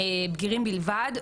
בגירים בלבד,